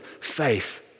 faith